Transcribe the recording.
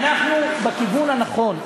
אנחנו בכיוון הנכון.